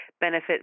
benefit